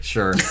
Sure